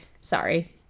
Sorry